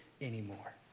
anymore